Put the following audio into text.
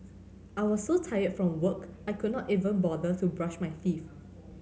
I was so tired from work I could not even bother to brush my teeth